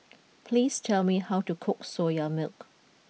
please tell me how to cook Soya Milk